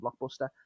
blockbuster